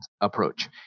approach